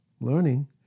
learning